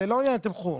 זה לא עניין תמחור.